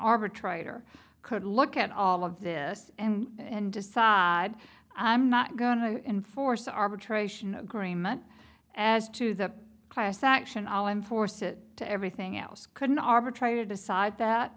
arbitrator could look at all of this and decide i'm not going to enforce arbitration agreement as to the class action all enforce it to everything else couldn't arbitrated decide that